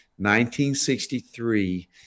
1963